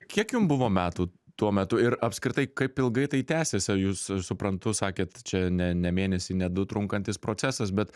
kiek jum buvo metų tuo metu ir apskritai kaip ilgai tai tęsėsi jūs suprantu sakėt čia ne ne mėnesį ne du trunkantis procesas bet